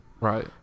Right